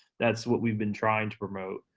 that's what we've been trying to promote,